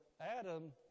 Adam